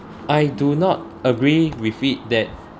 I do not agree with it that